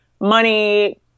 money